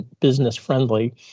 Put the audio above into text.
business-friendly